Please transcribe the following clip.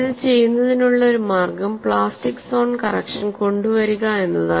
ഇത് ചെയ്യുന്നതിനുള്ള ഒരു മാർഗ്ഗം പ്ലാസ്റ്റിക് സോൺ കറക്ഷൻ കൊണ്ടുവരിക എന്നതാണ്